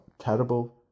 terrible